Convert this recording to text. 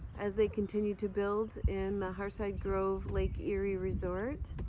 as they continue to build in the hearthside grove lake erie resort.